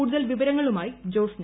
കൂടുതൽ വിവരങ്ങളുമായി ജോസ്ന